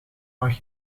mag